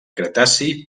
cretaci